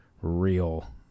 real